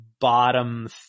bottom